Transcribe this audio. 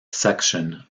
section